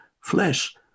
flesh